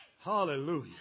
Hallelujah